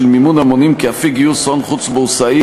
מימון המונים כאפיק גיוס הון חוץ-בורסאי,